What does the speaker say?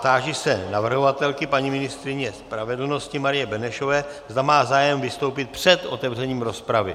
Táži se navrhovatelky, paní ministryně spravedlnosti Marie Benešové, zda má zájem vystoupit před otevřením rozpravy.